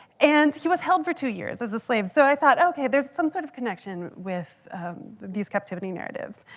and he was held for two years as a slave. so i thought, ok, there's some sort of connection with these captivity narratives.